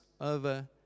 over